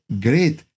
great